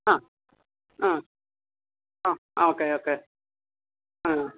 ആ ആ ആ ഓക്കെ ഓക്കെ ആ